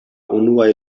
unuaj